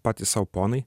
patys sau ponai